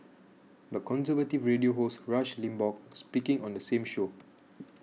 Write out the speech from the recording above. but conservative radio host Rush Limbaugh speaking on the same show